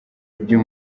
byo